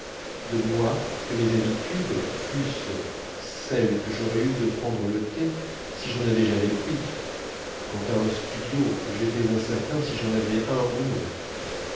de moi que mes habitudes fût-ce celle que j'aurais eue de prendre le thé si j'en avais jamais pris quant à un studio j'étais incertain si j'en avais un ou non